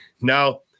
now